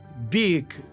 big